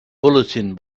bulletin